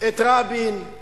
את רבין,